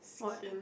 what